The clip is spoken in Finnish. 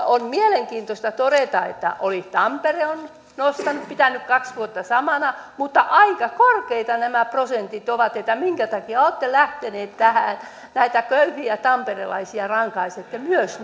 on mielenkiintoista todeta että tampere on nostanut pitänyt kaksi vuotta samana mutta aika korkeita nämä prosentit ovat niin että minkä takia olette lähteneet tähän näitä köyhiä tamperelaisia rankaisette myös